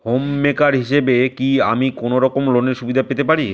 Home maker হিসেবে কি আমি কোনো রকম লোনের সুবিধা পেতে পারি?